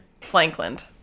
Flankland